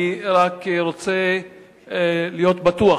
אני רק רוצה להיות בטוח.